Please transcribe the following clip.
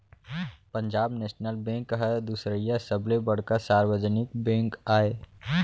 Punjab national bank ह दुसरइया सबले बड़का सार्वजनिक बेंक आय